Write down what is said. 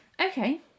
Okay